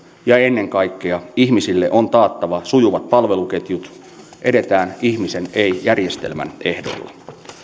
ja ennen kaikkea ihmisille on taattava sujuvat palveluketjut edetään ihmisen ei järjestelmän ehdoilla